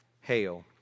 hail